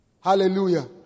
Hallelujah